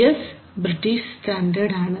BS British standard ആണ്